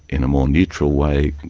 in a more neutral way,